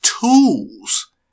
tools